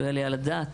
לא יעלה על הדעת